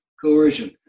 coercion